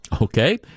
Okay